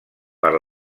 per